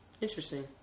Interesting